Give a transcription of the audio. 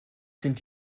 sind